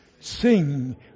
Sing